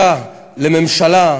לימודי עברית.